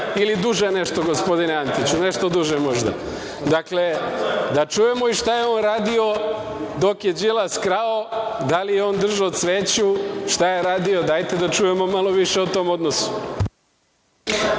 Ili duže nešto, gospodine Antiću? Dakle, da čujemo šta je on radio dok je Đilas krao, da li je on držao sveću, šta je radio, dajte da čujemo malo više o tom odnosu.